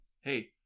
hey